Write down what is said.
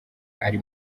ari